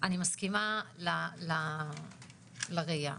מסכימה לראייה.